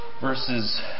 verses